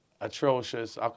atrocious